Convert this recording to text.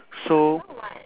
so